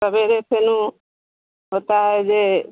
सवेरे फ़िर ऊ होता है जे